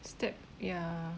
step ya